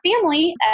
family